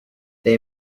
they